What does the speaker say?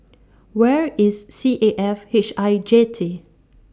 Where IS C A F H I Jetty